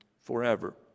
forever